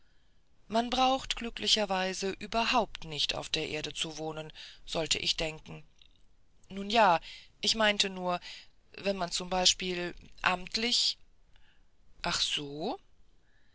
man braucht glücklicherweise überhaupt nicht auf der erde zu wohnen sollte ich denken nun ja ich meinte nur wenn man zum beispiel amtlich ach so